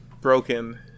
Broken